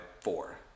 four